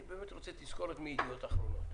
אני רוצה תזכורת מידיעות אחרונות,